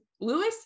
Lewis